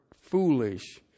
foolish